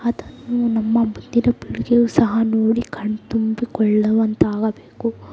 ಅದನ್ನು ನಮ್ಮ ಮುಂದಿನ ಪೀಳಿಗೆಯು ಸಹ ನೋಡಿ ಕಣ್ತುಂಬಿಕೊಳ್ಳುವಂತಾಗಬೇಕು